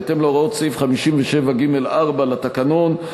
בהתאם להוראות סעיף 57(ג)(4) לתקנון,